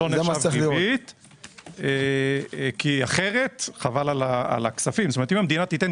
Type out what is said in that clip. נחשב ריבית כי אחרת חבל על הכספים אם המדינה תיתן